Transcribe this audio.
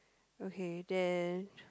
okay then